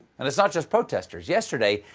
and it's not just protesters. yesterday,